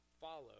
follow